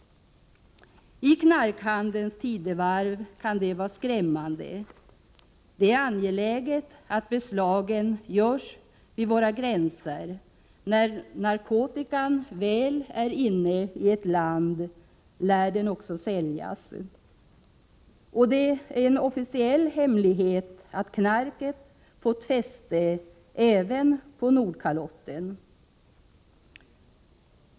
I knarkhandelns tidevarv kan det vara skrämmande. Det är angeläget att beslagen görs vid våra gränser. När narkotikan väl är inne i ett land lär den också säljas. Det är en officiell hemlighet att knarket fått fotfäste även på Nordkalotten.